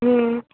ம்